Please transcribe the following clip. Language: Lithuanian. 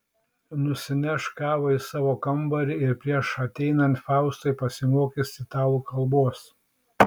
nusineš kavą į savo kambarį ir prieš ateinant faustui pasimokys italų kalbos